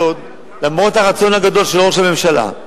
למרות הרצון הגדול של ראש הממשלה,